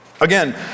Again